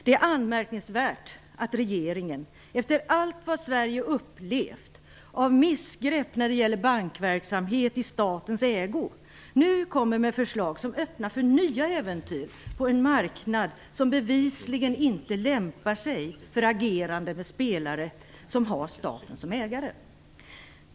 Det är anmärkningsvärt att regeringen, efter allt vad Sverige upplevt av missgrepp när det gäller bankverksamhet i statens ägo, nu kommer med förslag som öppnar för nya äventyr på en marknad som bevisligen inte lämpar sig för agerande av spelare som har staten som ägare.